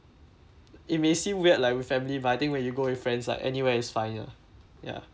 it may seem weird lah with family but I think when you go with friends like anywhere is fine ah ya